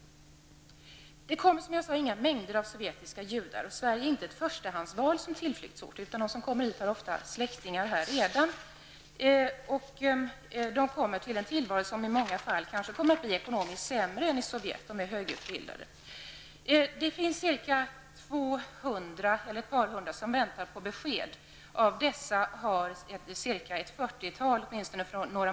Det kommer, som jag sagt, inga mängder av sovjetiska judar till Sverige. Sverige är inte heller ett förstahandsval som tillflyktsort; de som kommer hit har ofta släktingar här. De får här en tillvaro som i många fall är ekonomiskt sämre än den de hade i Sovjet. Dessa judar är ofta högutbildade. I oktober förra året väntade ca 200 judar på besked. Av dessa har ett 40-tal nu fått avslag på sina ansökningar.